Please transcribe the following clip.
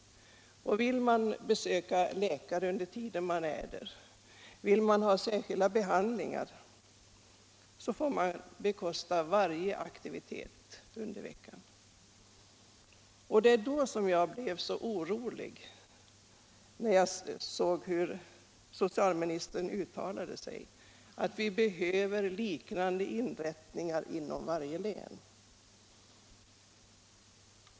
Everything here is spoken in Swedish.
Vill man besöka läkare eller ha särskilda behandlingar under den tid då man vistas på inrättningen får man själv bekosta varje sådan aktivitet. Jag blev mot denna bakgrund orolig när jag såg socialministerns uttalande att vi behöver liknande inrättningar inom varje län.